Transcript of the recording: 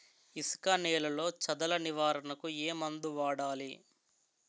ఇసుక నేలలో చదల నివారణకు ఏ మందు వాడాలి?